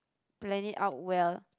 plan it out well